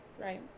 Right